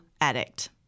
addict